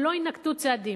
או לא יינקטו צעדים.